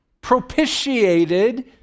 propitiated